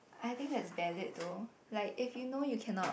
I think that's valid though like if you know you cannot